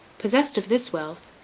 possessed of this wealth,